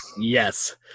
Yes